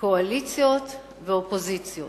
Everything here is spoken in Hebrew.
קואליציות ואופוזיציות,